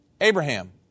Abraham